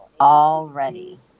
already